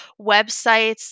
websites